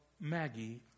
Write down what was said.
Maggie